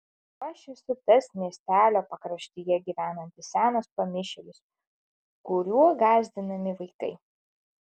o aš esu tas miestelio pakraštyje gyvenantis senas pamišėlis kuriuo gąsdinami vaikai